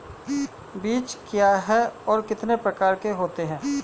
बीज क्या है और कितने प्रकार के होते हैं?